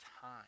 time